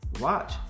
watch